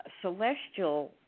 celestial